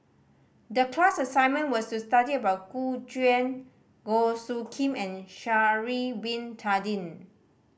the class assignment was to study about Gu Juan Goh Soo Khim and Sha'ari Bin Tadin